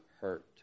hurt